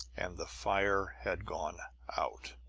and the fire had gone out.